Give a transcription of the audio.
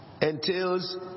Entails